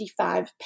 55